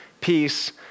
Peace